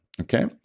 Okay